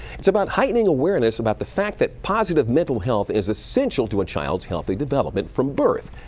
it's about heightening awareness about the fact that positive mental health is essential to a child's healthy development from birth.